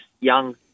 young